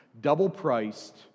double-priced